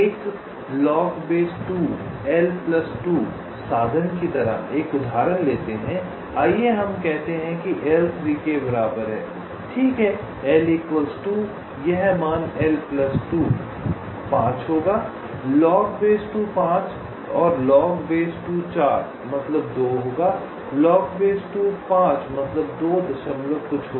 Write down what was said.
एक साधन की तरह एक उदाहरण लेते हैं आइए हम कहते हैं कि L 3 के बराबर है ठीक है यह मान 5 होगा मतलब 2 होगा मतलब 2 दशमलव कुछ